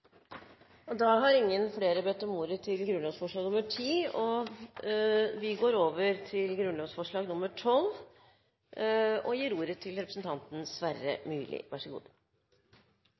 Ingen flere har bedt om ordet til grunnlovsforslag nr. 10. Vi går over til grunnlovsforslag